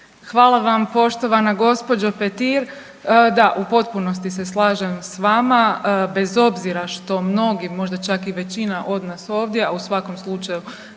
Hvala vam poštovana gospođo Petir. Da, u potpunosti se slažem s vama. Bez obzira što mnogi, možda čak i većina od nas ovdje a u svakom slučaju